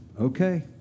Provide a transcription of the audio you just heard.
okay